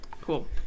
Cool